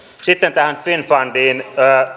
sitten tähän finnfundiin